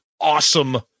awesome